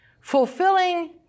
Fulfilling